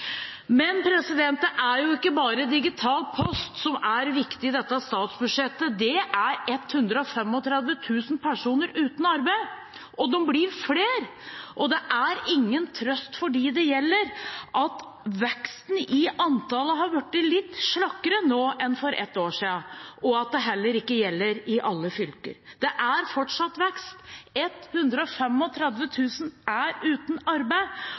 Men det er ikke bare digital post som er viktig i dette statsbudsjettet. Det er 135 000 personer uten arbeid, og de blir flere. Det er ingen trøst for dem det gjelder, at veksten i antallet har blitt litt slakkere nå enn for ett år siden, og at det heller ikke gjelder i alle fylker. Det er fortsatt vekst. 135 000 er uten arbeid, og de fortjener en regjering som har noen ideer om hvordan de skal komme seg ut i arbeid.